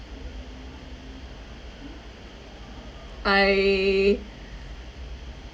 I